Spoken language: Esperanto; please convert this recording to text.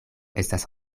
estas